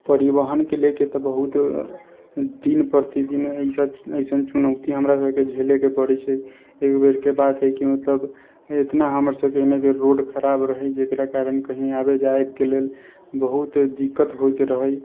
परिवहनके लेकऽ तऽ बहुत दिन प्रतिदिन ऐसा एसन चुनौती हमरा सभके झेलैके पड़ै छै एक बेरके बात हइ कि मतलब इतना हमर सभके एनयके रोड खराब रहै जेकरा कारण कहीं आबै जाइके लेल बहुत दिक्कत होइत रहै